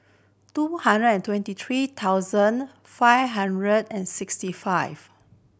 two hundred and twenty three thousand five hundred and sixty five